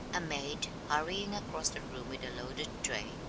a maid, hurrying across the room with a loaded tray,